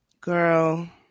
Girl